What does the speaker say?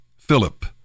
Philip